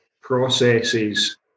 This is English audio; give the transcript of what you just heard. processes